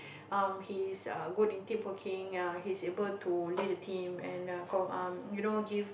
(um)he's err good in team working ya he's able to lead a team and uh um you know give